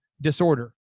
disorder